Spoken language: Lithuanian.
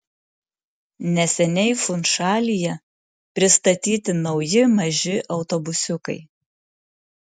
neseniai funšalyje pristatyti nauji maži autobusiukai